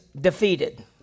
defeated